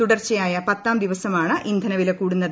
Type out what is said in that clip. തുടർച്ചയായ പത്താം ദിവസമാണ് ഇന്ധനവില കൂടുന്നത്